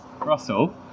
Russell